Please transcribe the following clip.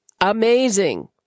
amazing